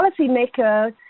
policymakers